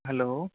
hello